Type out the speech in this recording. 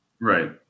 Right